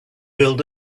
build